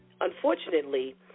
unfortunately